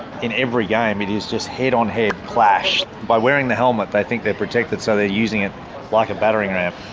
in every game it is just head-on-head clash. by wearing the helmet they think they are protected so they're using it like a battering ram.